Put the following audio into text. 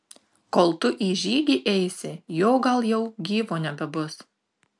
kol tu į žygį eisi jo gal jau gyvo nebebus